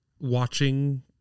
watching